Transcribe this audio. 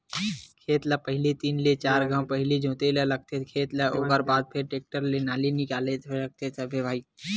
खेत ल पहिली तीन ले चार घांव पहिली जोते ल लगथे खेत ल ओखर बाद फेर टेक्टर ले नाली निकाले ल लगथे भई